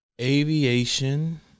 aviation